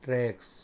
tracks